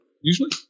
Usually